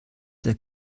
der